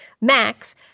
Max